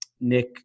Nick